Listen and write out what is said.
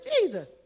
Jesus